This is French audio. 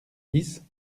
dix